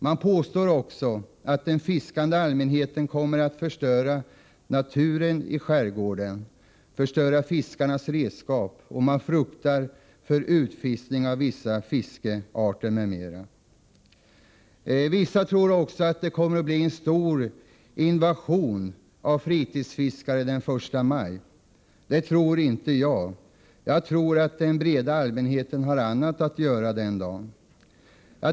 Man påstår också att den fiskande allmänheten kommer att förstöra naturen i skärgården och förstöra fiskarnas redskap, och man fruktar för utfiskning av vissa fiskarter m.m. Vissa tror också att det kommer att bli en stor invasion av fritidsfiskare den 1 maj. Det tror inte jag. Jag tror att den breda allmänheten har annat att göra den dagen.